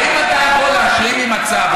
האם אתה יכול להשלים עם מצב,